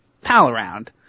pal-around